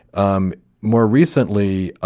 um more recently,